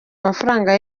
amafaranga